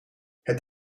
het